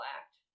act